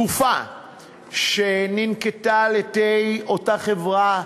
התקופה שננקטה על-ידי אותה חברה,